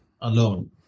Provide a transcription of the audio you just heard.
alone